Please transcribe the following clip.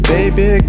Baby